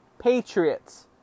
Patriots